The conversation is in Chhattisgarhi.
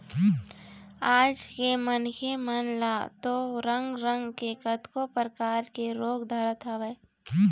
आज के मनखे मन ल तो रंग रंग के कतको परकार के रोग धरत हवय